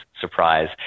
surprise